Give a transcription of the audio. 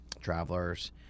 Travelers